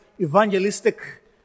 evangelistic